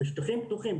בשטחים פתוחים,